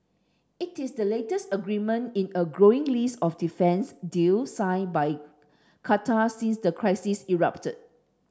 it is the latest agreement in a growing list of defence deals signed by Qatar since the crisis erupted